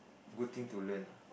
good thing to learn lah